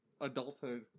adulthood